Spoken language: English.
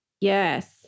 Yes